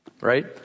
right